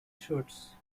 shirts